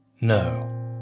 No